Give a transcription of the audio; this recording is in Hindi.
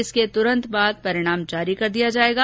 इसके तुरंत बाद परिणाम जारी कर दिया जायेगा